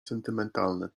sentymentalny